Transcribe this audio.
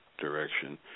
direction